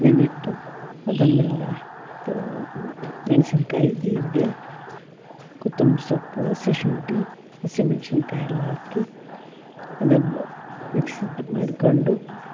ನೆನೆ ಇಟ್ಟು ಅದನ್ನೆಲ್ಲ ತ್ ಮೆಣಸಿನ್ಕಾಯಿ ಜೀರಿಗೆ ಕೊತ್ತಂಬ್ರಿ ಸೊಪ್ಪು ಹಸಿ ಶುಂಠಿ ಹಸಿ ಮೆಣ್ಸಿನ್ಕಾಯಿ ಎಲ್ಲ ಹಾಕಿ ಅದನ್ನು ಮಿಕ್ಸರ್ ಮಾಡಿಕೊಂಡು